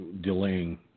delaying